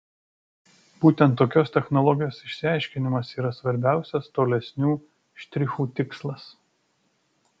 būtent tokios technologijos išsiaiškinimas yra svarbiausias tolesnių štrichų tikslas